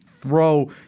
throw